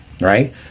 Right